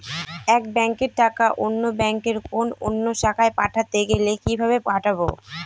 এক ব্যাংকের টাকা অন্য ব্যাংকের কোন অন্য শাখায় পাঠাতে গেলে কিভাবে পাঠাবো?